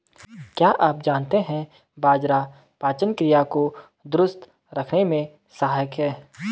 क्या आप जानते है बाजरा पाचन क्रिया को दुरुस्त रखने में सहायक हैं?